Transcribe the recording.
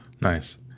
Nice